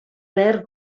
verd